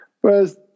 Whereas